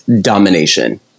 domination